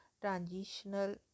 transitional